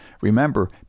Remember